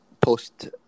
post